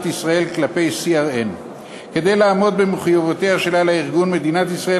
ישראל כלפי CERN. כדי לעמוד במחויבויותיה שלה לארגון מדינת ישראל